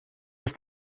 ist